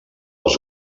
als